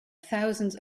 thousands